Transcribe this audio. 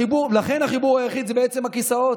לכן החיבור היחיד הוא הכיסאות,